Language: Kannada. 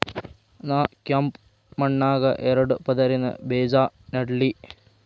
ನಾ ಕೆಂಪ್ ಮಣ್ಣಾಗ ಎರಡು ಪದರಿನ ಬೇಜಾ ನೆಡ್ಲಿ?